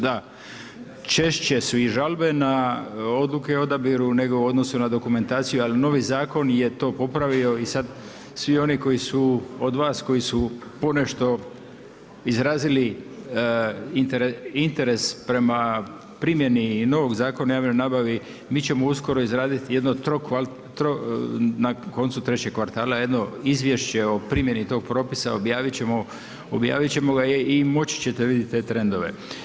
Da, češće su žalbena odluke o odabiru nego u odnosu na dokumentaciju, ali novi zakon je to popravio i sada svi oni koji su od vas ponešto izrazili interes prema primjeni novog Zakona o javnoj nabavi, mi ćemo uskoro izraditi jedno na koncu trećeg kvartala jedno izvješće o primjeni tog propisa, objavit ćemo ga i moći ćete vidjeti te trendove.